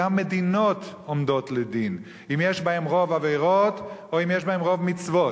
גם מדינות עומדות לדין אם יש בהן רוב עבירות או אם יש בהן רוב מצוות.